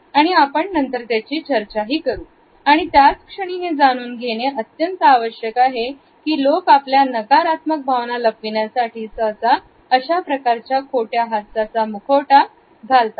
आणि आपण नंतर त्याची चर्चा करू आणि त्याच क्षणी हे जाणून घेणे अत्यंत आवश्यक आहे की लोक आपल्या नकारात्मक भावना लपविण्यासाठी सहसा अशा प्रकारच्या खोट्या हास्याचा मुखवटा घालतात